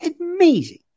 Amazing